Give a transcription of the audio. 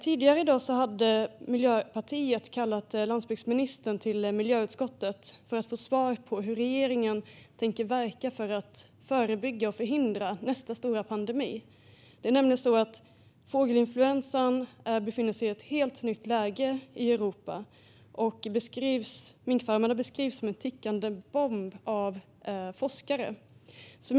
Tidigare i dag hade Miljöpartiet kallat landsbygdsministern till miljö och jordbruksutskottet för att få svar på hur regeringen tänker verka för att förebygga och förhindra nästa stora pandemi. Det är nämligen så att fågelinfluensan befinner sig i ett helt nytt läge i Europa, och minkfarmerna beskrivs av forskare som en tickande bomb.